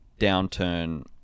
downturn